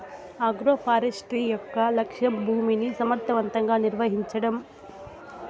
agroforestry యొక్క లక్ష్యం భూమిని సమర్ధవంతంగా నిర్వహించడం